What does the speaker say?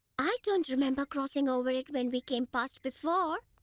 i don't remember crossing over it when we came past before.